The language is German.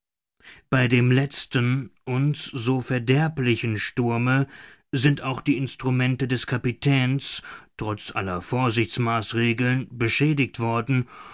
bei dem letzten uns so verderblichen sturme sind auch die instrumente des kapitäns trotz aller vorsichtsmaßregeln beschädigt worden